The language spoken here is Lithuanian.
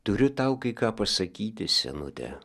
turiu tau kai ką pasakyti senute